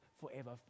forever